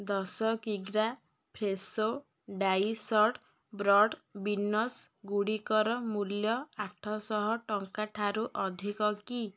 ଦଶ କିଗ୍ରା Fresho diced broad beans ଗୁଡ଼ିକର ମୂଲ୍ୟ ଆଠଶହ ଟଙ୍କା ଠାରୁ ଅଧିକ କି